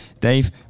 Dave